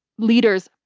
leaders,